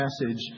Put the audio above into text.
message